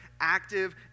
active